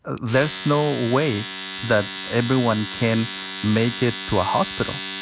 there's no way that everyone can make it to a hospital,